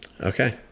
okay